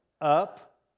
up